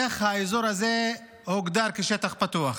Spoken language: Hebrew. איך האזור הזה הוגדר כשטח פתוח.